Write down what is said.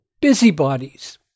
busybodies